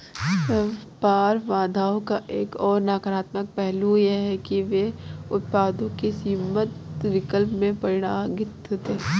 व्यापार बाधाओं का एक और नकारात्मक पहलू यह है कि वे उत्पादों के सीमित विकल्प में परिणत होते है